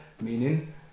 meaning